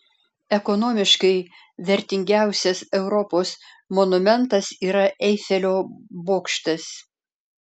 ekonomiškai vertingiausias europos monumentas yra eifelio bokštas